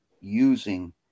using